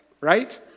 right